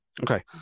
Okay